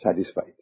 satisfied